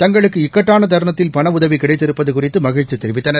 தங்களுக்கு இக்கட்டான தருணத்தில் பணஉதவி கிடைத்திருப்பது குறித்து மகிழ்ச்சி தெரிவித்தனர்